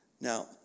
Now